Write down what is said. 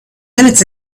minutes